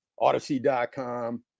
odyssey.com